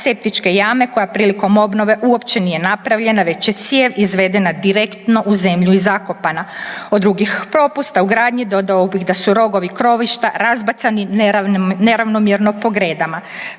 septičke jame koja prilikom obnove uopće nije napravljena već je cijev izvedena direktno u zemlju i zakopana. Od drugih propusta u gradnji dodao bih da su rogovi krovišta razbacani neravnomjerno po gredama.